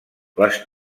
les